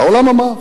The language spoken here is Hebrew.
העולם אמר.